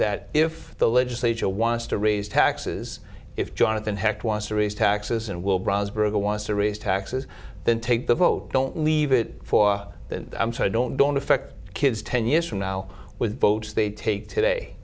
that if the legislature wants to raise taxes if jonathan hecht wants to raise taxes and will brownsburg who wants to raise taxes then take the vote don't leave it for the i'm so i don't don't affect kids ten years from now with votes they take today